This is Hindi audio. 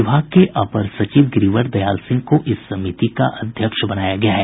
विभाग के अपर सचिव गिरिवर दयाल सिंह को इस समिति का अध्यक्ष बनाया गया है